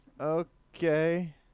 okay